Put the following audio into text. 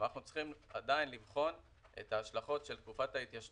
אנחנו עדיין צריכים לבחון את ההשלכות של תקופת ההתיישנות